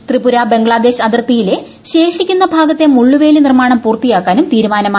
ത്രിപുര ബംഗ്ലാദേശ് അതിർത്തിയിലെ ശേഷിക്കുന്ന ഭാഗത്തെ മുള്ളുവേലിനിർമാണം പൂർത്തിയാക്കാനും തീരുമാനമായി